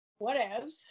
whatevs